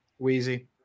Weezy